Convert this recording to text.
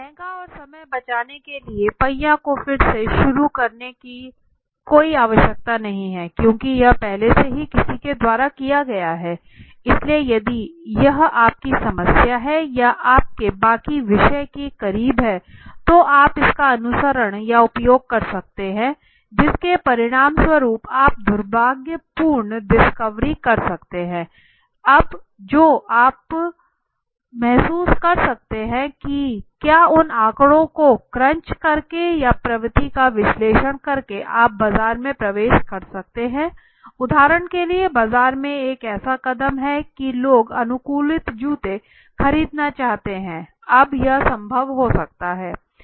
महंगा और समय बचाने के लिए पहिया को फिर से शुरू करने की कोई आवश्यकता नहीं है क्योंकि यह पहले से ही किसी के द्वारा किया गया है इसलिए यदि यह आपकी समस्या या आपके बाकी विषय के करीब है तो आप इसका अनुसरण या उपयोग कर सकते हैं जिसके परिणामस्वरूप आप दुर्भाग्यपूर्ण डिस्कवरी कर सकते हैं अब जो कुछ आप महसूस कर सकते हैं कि क्या उन आंकड़ों को क्रंच करके या प्रवृत्ति का विश्लेषण करके आप बाजार में प्रवेश कर सकते है उदाहरण के लिए बाजार में एक ऐसा कदम है की लोग अनुकूलित जूते खरीदना चाहते हैं अब यह संभव हो सकता है